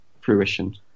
fruition